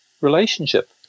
relationship